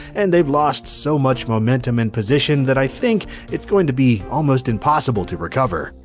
and they've lost so much momentum and position, that i think it's going to be almost impossible to recover.